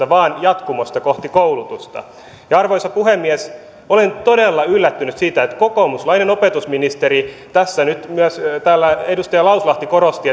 vaan jatkumosta kohti koulutusta ja arvoisa puhemies olen todella yllättynyt siitä että kokoomuslainen opetusministeri myös edustaja lauslahti tässä nyt korosti